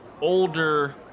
older